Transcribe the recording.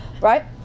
right